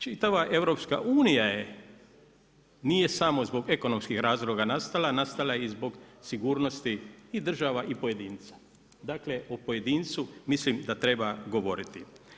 Čitava EU nije sam zbog ekonomskih razloga nastala, nastala je i zbog sigurnosti i država i pojedinca, dakle o pojedincu mislim da treba govoriti.